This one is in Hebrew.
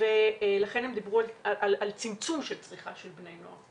לכן דברו על צמצום של צריכה של בני נוער.